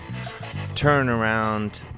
Turnaround